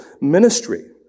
ministry